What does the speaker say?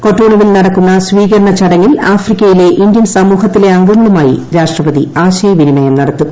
കൊട്ടോണുവിൽ നടക്കുന്ന സ്വീകരണ ചടങ്ങിൽ ആഫ്രിക്കയിലെ ഇന്ത്യൻ സമൂഹത്തിലെ അംഗങ്ങളുമായി രാഷ്ട്രപതി ആശയവിനിമയം നടത്തും